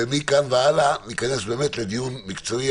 ומכאן והלאה ניכנס באמת לדיון מקצועי,